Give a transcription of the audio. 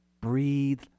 Breathe